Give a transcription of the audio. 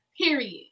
Period